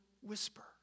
whisper